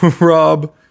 Rob